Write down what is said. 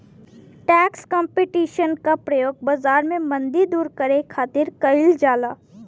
tax competition क प्रयोग बाजार में मंदी दूर करे खातिर कइल जाला